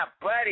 buddy